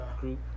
Group